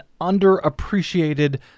underappreciated